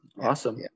Awesome